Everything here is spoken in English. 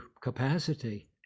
capacity